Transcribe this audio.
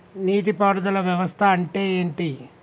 నీటి పారుదల వ్యవస్థ అంటే ఏంటి?